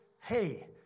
hey